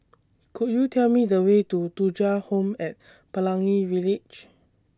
Could YOU Tell Me The Way to Thuja Home At Pelangi Village